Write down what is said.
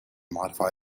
modify